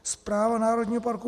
Správa Národního parku